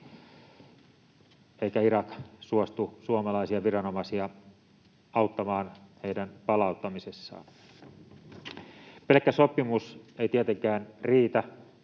eikä Irak suostu suomalaisia viranomaisia auttamaan heidän palauttamisessaan. Pelkkä sopimus ei tietenkään riitä,